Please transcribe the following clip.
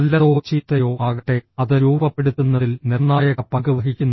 നല്ലതോ ചീത്തയോ ആകട്ടെ അത് രൂപപ്പെടുത്തുന്നതിൽ നിർണായക പങ്ക് വഹിക്കുന്നു